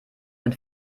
mit